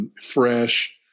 Fresh